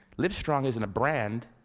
livestrong isn't a brand,